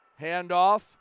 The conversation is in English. Handoff